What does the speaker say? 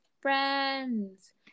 friends